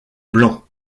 blanc